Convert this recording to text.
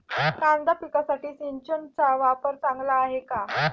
कांदा पिकासाठी सिंचनाचा वापर चांगला आहे का?